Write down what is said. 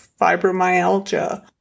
fibromyalgia